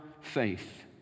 faith